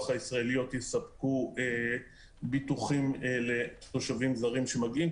הישראליות יספקו ביטוחים לתושבים זרים שמגיעים לכאן.